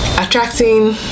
attracting